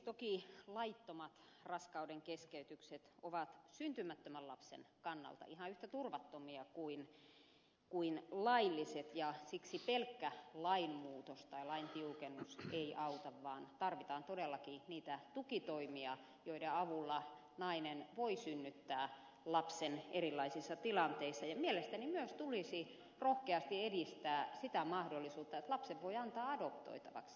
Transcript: toki laittomat raskauden keskeytykset ovat syntymättömän lapsen kannalta ihan yhtä turvattomia kuin lailliset ja siksi pelkkä lainmuutos tai lain tiukennus ei auta vaan tarvitaan todellakin niitä tukitoimia joiden avulla nainen voi synnyttää lapsen erilaisissa tilanteissa ja mielestäni myös tulisi rohkeasti edistää sitä mahdollisuutta että lapsen voi antaa adoptoitavaksi